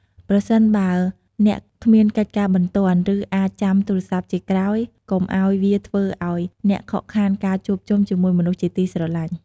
ប្រសិនបើអ្នកគ្មានកិច្ចការបន្ទាន់ ឬអាចចាំទូរស័ព្ទជាក្រោយ កុំឲ្យវាធ្វើឲ្យអ្នកខកខានការជួបជុំជាមួយមនុស្សជាទីស្រឡាញ់។